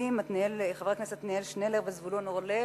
המציעים חבר הכנסת עתניאל שנלר וזבולון אורלב,